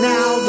Now